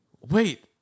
Wait